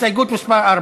הסתייגות 4,